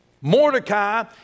Mordecai